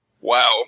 Wow